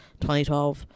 2012